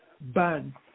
ban